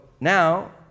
now